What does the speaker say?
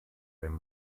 wenn